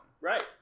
Right